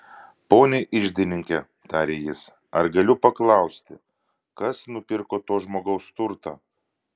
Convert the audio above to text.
pone iždininke tarė jis ar galiu paklausti kas nupirko to žmogaus turtą